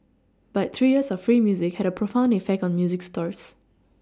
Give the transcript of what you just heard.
but three years of free music had a profound effect on music stores